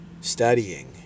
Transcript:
studying